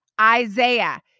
Isaiah